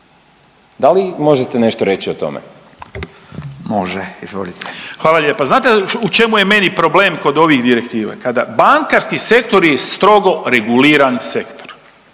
Izvolite. **Lalovac, Boris (SDP)** Hvala lijepa. Znate u čemu je meni problem kod ovih direktiva kada bankarski sektor je strogo reguliran sektor.